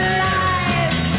lies